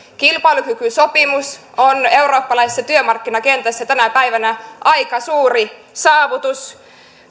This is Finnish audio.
kilpailukykysopimus on eurooppalaisessa työmarkkinakentässä tänä päivänä aika suuri saavutus